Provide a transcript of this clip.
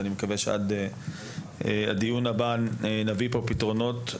אני מקווה שעד לדיון הבא נביא לכאן פתרונות.